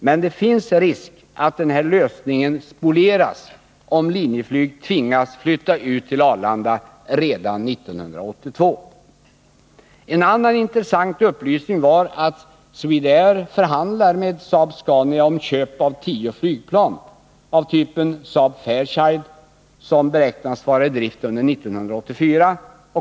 Men det finns risk att den här lösningen spolieras om Linjeflyg tvingas flytta ut till Arlanda redan 1982. En annan intressant upplysning var att Swedair förhandlar med Saab Scania om köp av tio flygplan av typen Saab-Fairchild, som beräknas vara i drift under 1984.